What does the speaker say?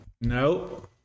Nope